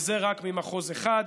וזה רק ממחוז אחד.